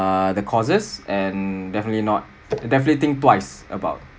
err the causes and definitely not definitely think twice about